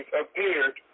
appeared